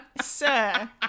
sir